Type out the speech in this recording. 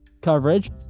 coverage